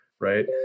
right